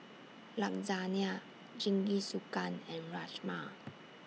Lasagna Jingisukan and Rajma